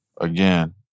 Again